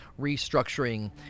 restructuring